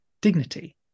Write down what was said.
dignity